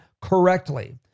correctly